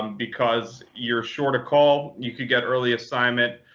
um because you're sure to call. you could get early assignment.